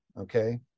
Okay